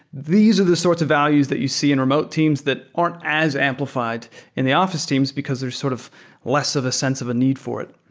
these are the sorts of values that you see in remote teams that aren't as amplified in the office teams because there's sort of less of a sense of a need for it